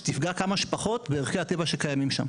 שתפגע כמה שפחות בערכי הטבע שקיימים שם.